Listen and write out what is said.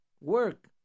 work